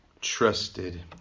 trusted